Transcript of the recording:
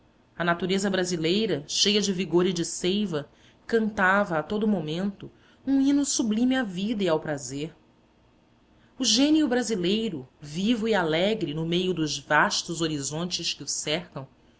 a natureza brasileira cheia de vigor e de seiva cantava a todo o momento um hino sublime à vida e ao prazer o gênio brasileiro vivo e alegre no meio dos vastos horizontes que o cercam